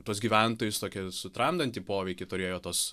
tuos gyventojus tokį sutramdantį poveikį turėjo tos